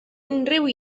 unrhyw